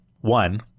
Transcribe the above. One